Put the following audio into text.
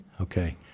Okay